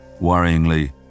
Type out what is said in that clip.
Worryingly